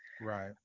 Right